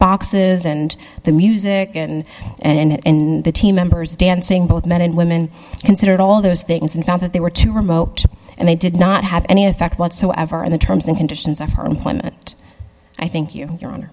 boxes and the music and and the team members dancing both men and women considered all those things and found that they were too remote and they did not have any effect whatsoever on the terms and conditions of her employment i think you your hon